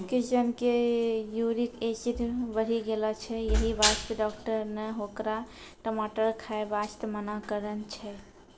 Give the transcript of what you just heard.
किशन के uric acid बढ़ी गेलो छै यही वास्तॅ डाक्टर नॅ होकरा टमाटर खाय वास्तॅ मना करनॅ छै